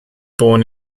born